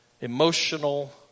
emotional